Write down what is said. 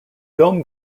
film